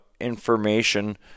information